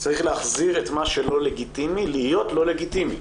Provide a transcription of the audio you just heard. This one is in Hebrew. צריך להחזיר את מה שלא לגיטימי להיות לא לגיטימי,